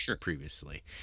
previously